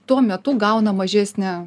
tuo metu gauna mažesnį